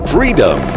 Freedom